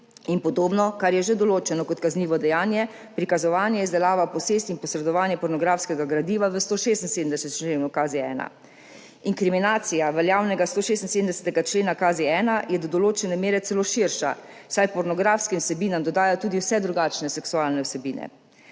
in podobno, kar je že določeno kot kaznivo dejanje, prikazovanje, izdelava, posest in posredovanje pornografskega gradiva v 176. členu KZ-1. Inkriminacija veljavnega 176. člena KZ-1 je do določene mere celo širša, saj pornografskim vsebinam dodajajo tudi vse drugačne seksualne vsebine.